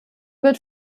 wird